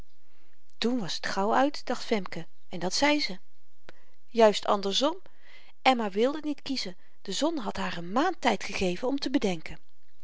toen was t gauw uit dacht femke en dat zei ze juist andersom emma wilde niet kiezen de zon had haar een maand tyd gegeven om te bedenken